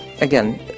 again